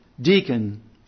deacon